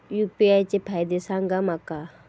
UPI चे फायदे सांगा माका?